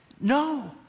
No